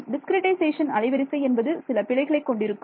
discretization அலைவரிசை என்பது சில பிழைகளை கொண்டிருக்கும்